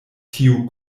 tiu